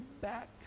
back